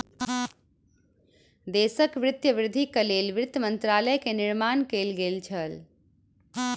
देशक वित्तीय वृद्धिक लेल वित्त मंत्रालय के निर्माण कएल गेल छल